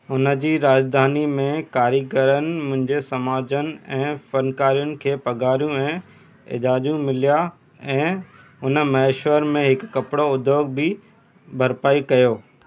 हुन जी राजधानी में कारीगरनि मुंहिंजे समाजनि ऐं फ़नुकारियुनि खे पघारूं ऐं एजाज़ु मिल्या ऐं हुन महेश्वर में हिकु कपिड़ो उद्योग बि बरिपाई कयो